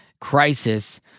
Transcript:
crisis